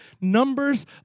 numbers